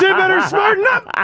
yeah better smarten up!